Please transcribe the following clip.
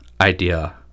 idea